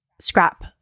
scrap